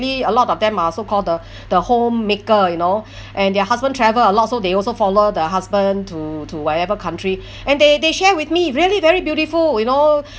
a lot of them are so called the the homemaker you know and their husband travel a lot so they also follow the husband to to whatever country and they they share with me really very beautiful you know